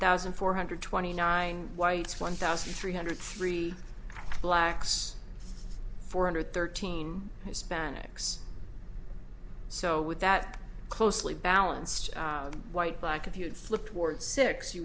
thousand four hundred twenty nine whites one thousand three hundred three blacks four hundred thirteen hispanics so with that closely balanced white black if you had flipped ward six